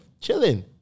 chilling